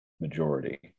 majority